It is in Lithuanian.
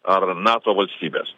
ar nato valstybes